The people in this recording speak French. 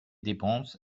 dépenses